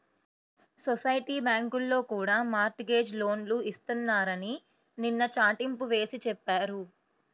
society బ్యాంకుల్లో కూడా mortgage లోన్లు ఇస్తున్నారని నిన్న చాటింపు వేసి చెప్పారు